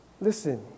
listen